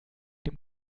dem